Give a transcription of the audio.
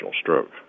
stroke